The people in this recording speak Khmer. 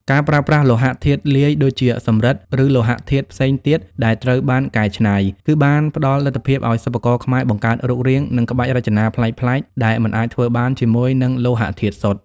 ការប្រើប្រាស់លោហៈធាតុលាយ ដូចជាសំរិទ្ធ ឬលោហៈធាតុផ្សេងទៀតដែលត្រូវបានកែច្នៃ គឺបានផ្ដល់លទ្ធភាពឱ្យសិប្បករខ្មែរបង្កើតរូបរាង និងក្បាច់រចនាប្លែកៗ ដែលមិនអាចធ្វើបានជាមួយនឹងលោហៈធាតុសុទ្ធ។